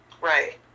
Right